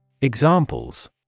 Examples